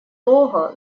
того